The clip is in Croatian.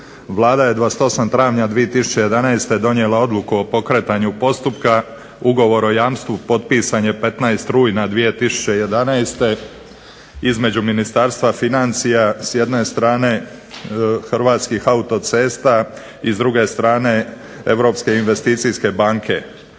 Vlada je 28. travnja 2011. donijela odluku o pokretanju postupka, ugovor o jamstvu potpisan je 15. rujna 2011. između Ministarstva financija s jedne strane Hrvatskih autocesta i s druge strane Europske investicijske banke.